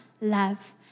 love